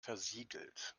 versiegelt